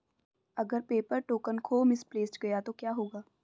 अगर paper token खो misplaced गया तो क्या होगा?